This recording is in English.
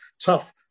tough